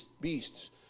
beasts